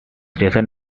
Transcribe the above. station